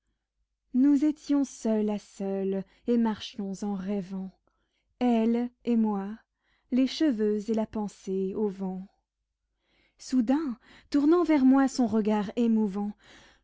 nous étions seul à seule et marchions en rêvant elle et moi les cheveux et la pensée au vent soudain tournant vers moi son regard émouvant